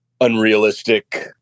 unrealistic